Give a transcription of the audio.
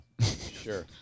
sure